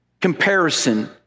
comparison